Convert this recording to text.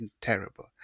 terrible